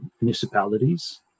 municipalities